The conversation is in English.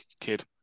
kid